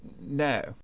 No